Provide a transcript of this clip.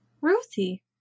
Ruthie